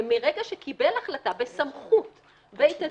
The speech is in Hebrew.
ומרגע שקיבל החלטה בסמכות בית הדין,